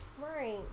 Right